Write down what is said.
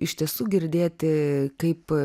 iš tiesų girdėti kaip